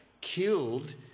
killed